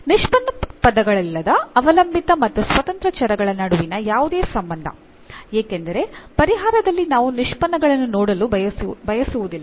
ನಿಷ್ಪನ್ನ ಪದಗಳಿಲ್ಲದೆ ಅವಲಂಬಿತ ಮತ್ತು ಸ್ವತಂತ್ರ ಚರಗಳ ನಡುವಿನ ಯಾವುದೇ ಸಂಬಂಧ ಏಕೆಂದರೆ ಪರಿಹಾರದಲ್ಲಿ ನಾವು ನಿಷ್ಪನ್ನಗಳನ್ನು ನೋಡಲು ಬಯಸುವುದಿಲ್ಲ